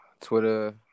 Twitter